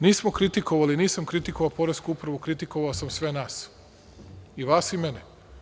Nismo kritikovali, nisam kritikovao Poresku upravu, kritikovao sam sve nas, i vas i mene.